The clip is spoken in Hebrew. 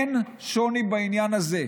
אין שוני בעניין הזה.